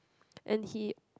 and he